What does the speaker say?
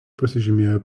pasižymėjo